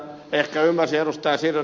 ehkä ymmärsin ed